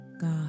God